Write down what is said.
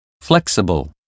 flexible